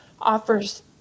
offers